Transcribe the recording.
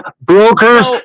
brokers